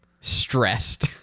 stressed